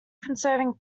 conserving